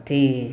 अथी